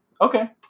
okay